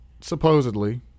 supposedly